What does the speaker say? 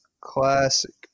Classic